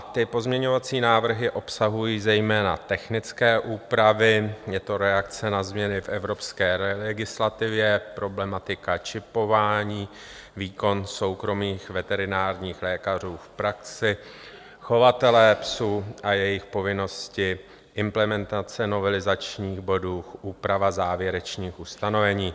A ty pozměňovací návrhy obsahují zejména technické úpravy, je to reakce na změny v evropské legislativě, problematika čipování, výkon soukromých veterinárních lékařů v praxi, chovatelé psů a jejich povinnosti, implementace novelizačních bodů, úprava závěrečných ustanovení.